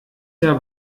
jahr